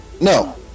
No